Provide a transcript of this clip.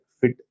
fit